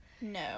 No